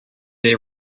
day